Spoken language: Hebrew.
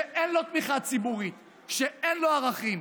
שאין לו תמיכה ציבורית, שאין לו ערכים,